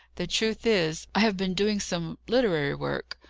the truth is, i have been doing some literary work.